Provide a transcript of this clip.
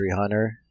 hunter